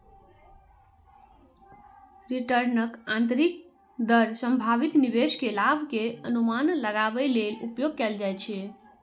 रिटर्नक आंतरिक दर संभावित निवेश के लाभ के अनुमान लगाबै लेल उपयोग कैल जाइ छै